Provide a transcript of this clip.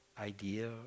idea